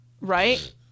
Right